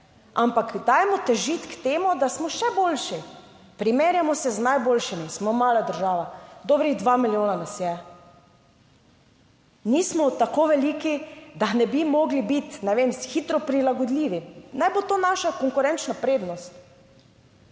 ampak dajmo težiti k temu, da smo še boljši. Primerjajmo se z najboljšimi. Smo mala država, dobrih dva milijona nas je. Nismo tako veliki, da ne bi mogli biti, ne vem, hitro prilagodljivi. Naj bo to naša konkurenčna prednost.